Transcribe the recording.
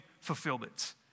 fulfillment